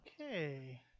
Okay